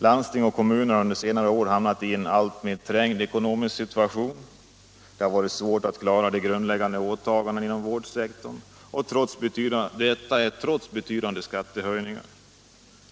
Landsting och kommuner har under senare år hamnat i en alltmer trängd ekonomisk situation, där det varit svårt att klara av grundläggande åtaganden inom vårdsektorn, trots betydande skattehöjningar.